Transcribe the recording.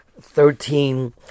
Thirteen